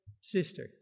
sister